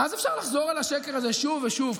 אז אפשר לחזור על השקר הזה שוב ושוב,